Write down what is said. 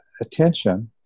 attention